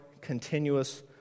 continuous